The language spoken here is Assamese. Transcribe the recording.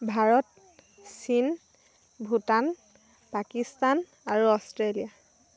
ভাৰত চীন ভূটান পাকিস্তান আৰু অষ্ট্ৰেলিয়া